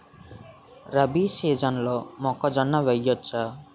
రబీ సీజన్లో మొక్కజొన్న వెయ్యచ్చా?